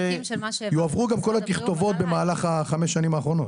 יעברו גם כל התכתובות במהלך החמש שנים האחרונות.